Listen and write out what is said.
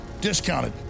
discounted